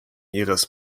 ihres